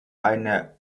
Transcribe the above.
eine